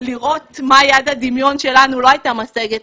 לראות מה יד הדמיון שלנו לא הייתה משגת,